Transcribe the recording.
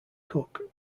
cooke